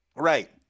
Right